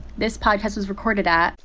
this podcast was recorded at.